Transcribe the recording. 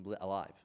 alive